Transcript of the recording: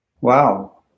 Wow